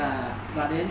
ya but then